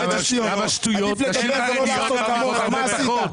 מה עשית?